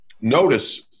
Notice